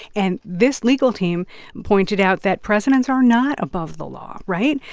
and this legal team pointed out that presidents are not above the law, right?